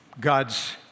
God's